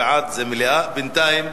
בינתיים,